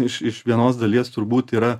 iš iš vienos dalies turbūt yra